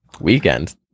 weekend